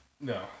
No